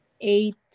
eight